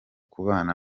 kubana